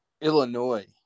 Illinois